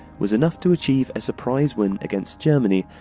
was enough to achieve a surprise win against germany,